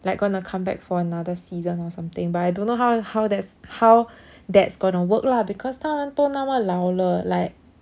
like gonna come back for another season or something but I don't know how how that's how that's gonna work lah because 他们都那么老了 like